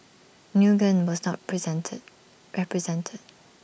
Nguyen was not presented represented